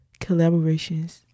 collaborations